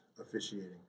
officiating